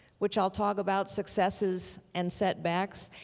which i'll talk about successes and setbacks,